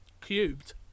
Cubed